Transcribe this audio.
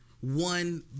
one